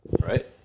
right